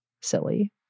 silly